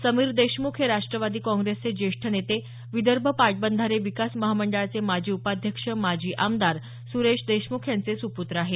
समीर देशमुख हे राष्ट्रवादी काँग्रेसचे ज्येष्ठ नेते विदर्भ पाटबंधारे विकास महामंडळाचे माजी उपाध्यक्ष माजी आमदार सुरेश देशमुख यांचे सुपत्र आहेत